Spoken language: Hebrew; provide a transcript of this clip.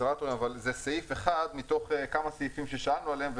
אבל זה סעיף אחד מתוך כמה סעיפים ששאלנו עליהם,